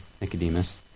Nicodemus